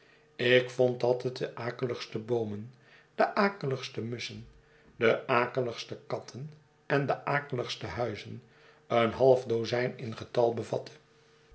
ik vond dat het de akeligste boomen de akeligste musschen de akeligste katten en de akeligste huizen een half dozijn in getal